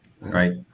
right